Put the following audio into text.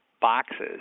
boxes